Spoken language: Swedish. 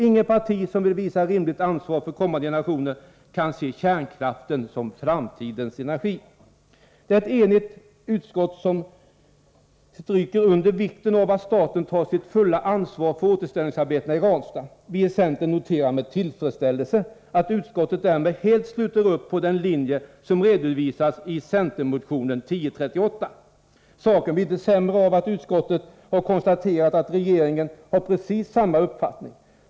Inget parti som vill visa rimligt ansvar för kommande generationer kan se kärnkraften som framtidens energi. Det är ett enigt utskott som stryker under vikten av att staten tar sitt fulla ansvar för återställningsarbetena i Ranstad. Vi i centern noterar med tillfredsställelse att utskottet därmed helt sluter upp bakom den linje som redovisas i centermotionen 1038. Saken blir inte sämre av att utskottet har konstaterat att regeringen har precis samma uppfattning.